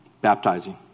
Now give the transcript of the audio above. baptizing